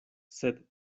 sed